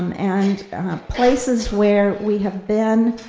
um and places where we have been,